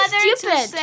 stupid